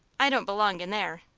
i don't belong in there,